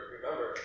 remember